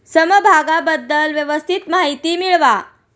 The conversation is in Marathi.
समभागाबद्दल व्यवस्थित माहिती मिळवा